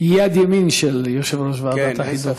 היא יד ימין של יושב-ראש ועדת החינוך,